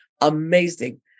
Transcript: amazing